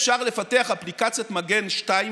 אפשר לפתח אפליקציית מגן 2,